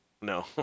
No